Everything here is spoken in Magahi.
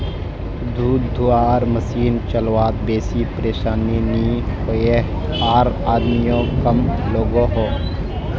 दूध धुआर मसिन चलवात बेसी परेशानी नि होइयेह आर आदमियों कम लागोहो